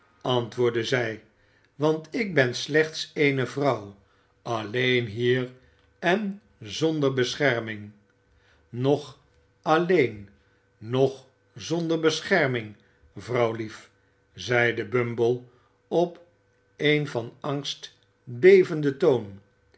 antwoordde zij want ik ben slechts eene vrouw alleen hier en zonder bescherming noch alleen noch zonder bescherming vrouwlief zeide bumble op een van angst bevenden toon